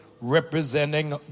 representing